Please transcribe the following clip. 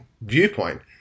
viewpoint